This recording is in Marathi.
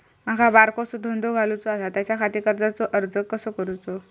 माका बारकोसो धंदो घालुचो आसा त्याच्याखाती कर्जाचो अर्ज कसो करूचो?